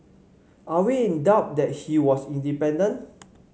are we in doubt that he was independent